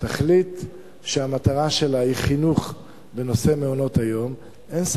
תחליט שהמטרה שלה בנושא מעונות-היום היא חינוך,